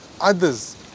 Others